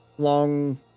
Long